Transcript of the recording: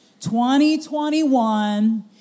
2021